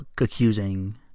accusing